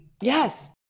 Yes